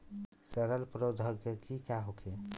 सड़न प्रधौगकी का होखे?